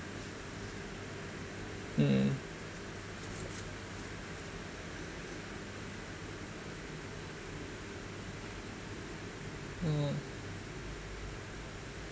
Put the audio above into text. mm oh